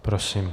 Prosím.